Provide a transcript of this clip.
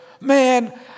man